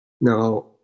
Now